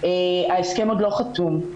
ההסכם עוד לא חתום.